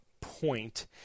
point